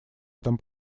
этом